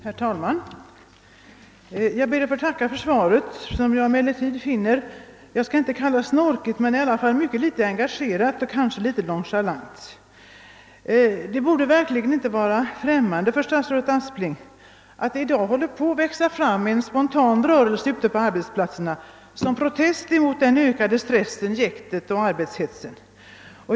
Herr talman! Jag ber att få tacka för svaret som jag emellertid finner om inte snorkigt så i alla fall mycket litet engagerat och dessutom kanske något nonchalant. Det borde verkligen inte vara främmande för statsrådet Aspling att det i dag håller på att växa fram en spontan rörelse ute på arbetsplatserna som protest mot den ökade stressen, jäktet och arbetshetsen.